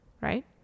right